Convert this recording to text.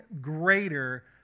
greater